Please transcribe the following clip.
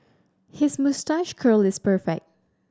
his moustache curl is perfect